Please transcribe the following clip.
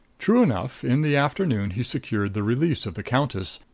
true enough, in the afternoon he secured the release of the countess,